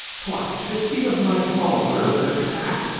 what, fifty of my followers at a clap?